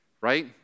right